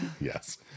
Yes